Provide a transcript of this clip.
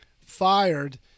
fired